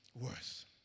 worse